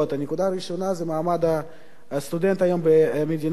הנקודה הראשונה היא מעמד הסטודנט היום במדינת ישראל,